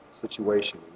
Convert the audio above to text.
situation